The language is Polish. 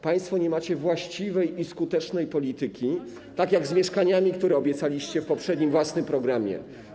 Państwo nie macie właściwej i skutecznej polityki, tak jak w przypadku mieszkań, które obiecaliście w poprzednim własnym programie.